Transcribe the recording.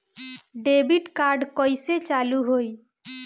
Debit card कइसे चालू होई?